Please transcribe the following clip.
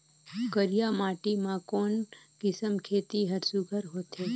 करिया माटी मा कोन किसम खेती हर सुघ्घर होथे?